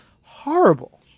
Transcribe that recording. horrible